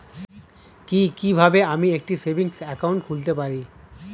কি কিভাবে আমি একটি সেভিংস একাউন্ট খুলতে পারি?